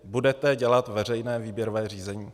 Budete dělat veřejné výběrové řízení?